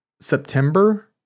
September